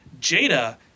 Jada